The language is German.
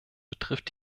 betrifft